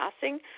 passing